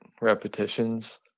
repetitions